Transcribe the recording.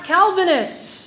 Calvinists